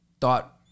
thought